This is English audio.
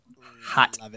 hot